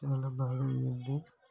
చాలా బాగా ఉంది